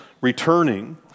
returning